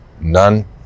none